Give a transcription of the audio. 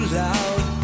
loud